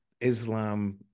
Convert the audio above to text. Islam